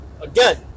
Again